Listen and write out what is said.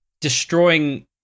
destroying